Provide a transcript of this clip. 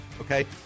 Okay